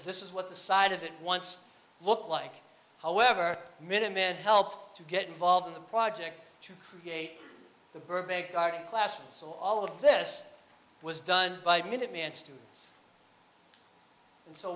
this is what the side of it once looked like however minutemen helped to get involved in the project to create the birth of a garden classroom so all of this was done by minuteman students and so